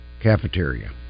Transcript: Cafeteria